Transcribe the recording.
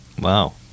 Wow